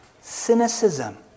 cynicism